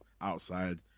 outside